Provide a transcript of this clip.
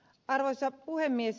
arvoisa puhemies